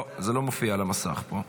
זה לא מופיע על המסך פה.